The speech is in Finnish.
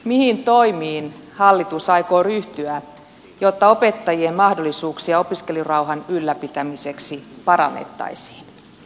mihin toimiin hallitus aikoo ryhtyä jotta opettajien mahdollisuuksia opiskelurauhan ylläpitämiseksi parannettaisiin